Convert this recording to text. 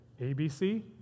ABC